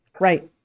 Right